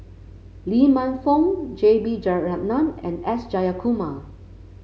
Lee Man Fong J B Jeyaretnam and S Jayakumar